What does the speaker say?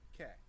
Okay